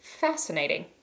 fascinating